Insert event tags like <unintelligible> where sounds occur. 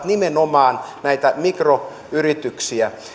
<unintelligible> nimenomaan näitä mikroyrityksiä